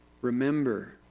remember